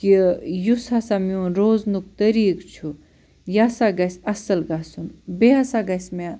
کہِ یُس ہسا میٛون روزنُک طریٖقہٕ چھُ یہِ ہسا گَژھِ اَصٕل گَژھُن بیٚیہِ ہسا گَژھِ مےٚ